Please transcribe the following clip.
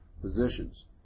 positions